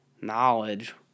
knowledge